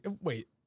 Wait